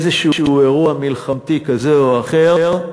איזשהו אירוע מלחמתי כזה או אחר,